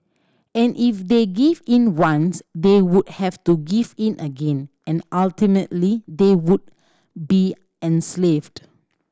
and if they give in once they would have to give in again and ultimately they would be enslaved